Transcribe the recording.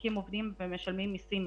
מעסיקים עובדים ומשלמים מסים.